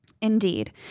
Indeed